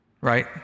Right